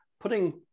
putting